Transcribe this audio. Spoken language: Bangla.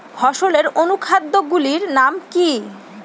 ফসলের অনুখাদ্য গুলির নাম কি?